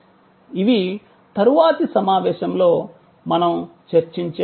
ఇవి తరువాతి సమావేశంలో మనం చర్చించే అంశాలు